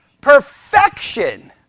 perfection